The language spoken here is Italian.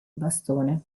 bastone